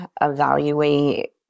evaluate